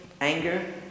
anger